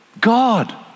God